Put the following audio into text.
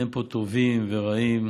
אין פה טובים ורעים.